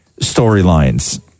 storylines